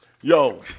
yo